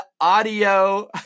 audio